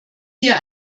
hier